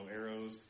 arrows